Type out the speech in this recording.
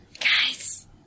Guys